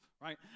right